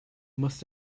must